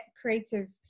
creative